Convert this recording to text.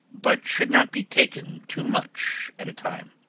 but should not be taken too much at a time.